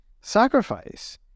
sacrifice